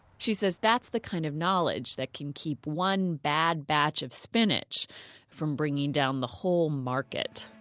she says that's the kind of knowledge that can keep one bad batch of spinach from bringing down the whole market.